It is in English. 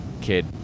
kid